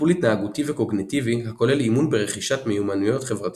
טיפול התנהגותי וקוגניטיבי הכולל אימון ברכישת מיומנויות חברתיות.